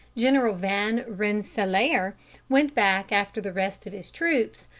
general van rensselaer went back after the rest of his troops,